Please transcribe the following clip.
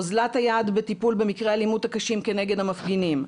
אוזלת היד בטיפול במקרי אלימות קשים כנגד המפגינים,